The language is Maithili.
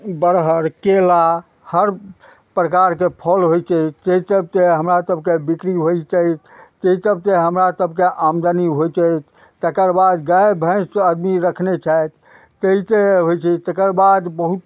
बरहर केला हर प्रकारके फल होइ छै तैं तऽ हमरा सबके बिक्री होइत अछि तै तब तऽ हमरा सबके आमदनी होइत अछि तकर बाद गाय भैंस आदमी रखने छथि तैं तऽ होइ छै तकर बाद बहुत